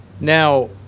now